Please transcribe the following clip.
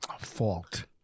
Fault